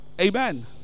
Amen